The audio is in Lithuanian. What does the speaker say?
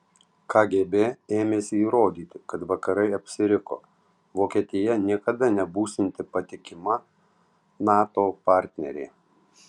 kgb ėmėsi įrodyti kad vakarai apsiriko vokietija niekada nebūsianti patikima nato partnerė